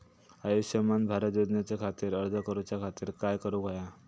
आयुष्यमान भारत योजने खातिर अर्ज करूच्या खातिर काय करुक होया?